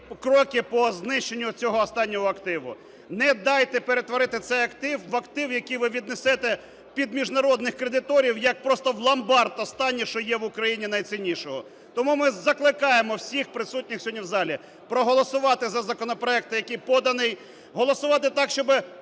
кроки по знищенню цього останнього активу; не дайте перетворити цей актив в актив, який ви віднесете під міжнародних кредиторів як просто в ломбард останнє, що є в Україні найціннішого. Тому ми закликаємо всіх присутніх сьогодні в залі проголосувати за законопроект, який поданий, голосувати так, щоби